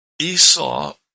Esau